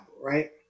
right